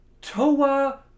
Toa